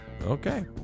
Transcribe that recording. Okay